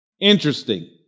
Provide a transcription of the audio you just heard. Interesting